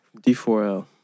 D4L